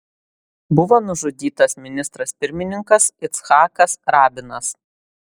buvo nužudytas ministras pirmininkas icchakas rabinas